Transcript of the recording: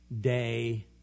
day